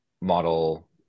model